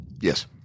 Yes